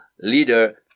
leader